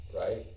right